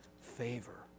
favor